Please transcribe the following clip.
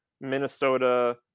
Minnesota